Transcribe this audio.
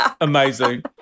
Amazing